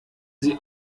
sie